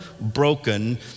broken